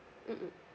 mmhmm